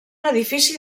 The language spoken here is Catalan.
edifici